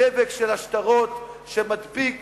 הדבק של השטרות שמדביק